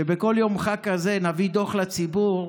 שבכל יום חג כזה נביא דוח לציבור,